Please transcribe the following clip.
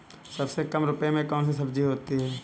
सबसे कम रुपये में कौन सी सब्जी होती है?